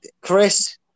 Chris